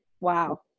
Wow